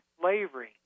slavery